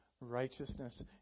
righteousness